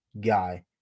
guy